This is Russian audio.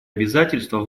обязательства